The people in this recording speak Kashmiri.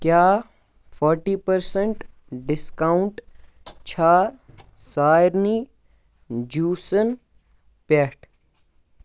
کیٛاہ فوٹی پٔرسنٛٹ ڈِسکاوُنٛٹ چھا سارنی جوٗسَن پٮ۪ٹھ